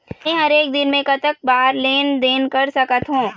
मे हर एक दिन मे कतक बार लेन देन कर सकत हों?